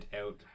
out